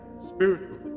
spiritually